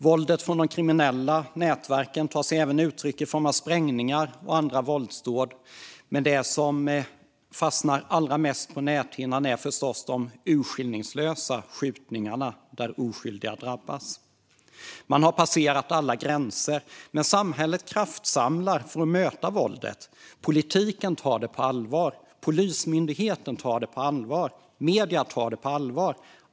Våldet från de kriminella nätverken tar sig även uttryck i sprängningar och andra våldsdåd, men det som allra mest fastnar på näthinnan är förstås de urskillningslösa skjutningarna där oskyldiga drabbas. Man har passerat alla gränser. Men samhället kraftsamlar för att möta våldet. Politiken tar det på allvar. Polismyndigheten tar det på allvar. Medierna tar det på allvar.